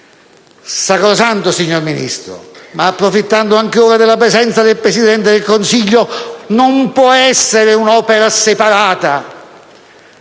Sacrosanto, signor Ministro! Ma, approfittando ancora della presenza del Presidente del Consiglio, aggiungo che non può essere un'opera separata